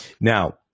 Now